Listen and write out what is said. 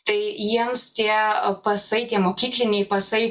tai jiems tie pasai tie mokykliniai pasai